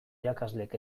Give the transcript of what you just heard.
irakaslek